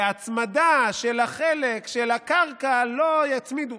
שההצמדה של החלק של הקרקע, שלא יצמידו.